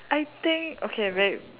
I think okay wait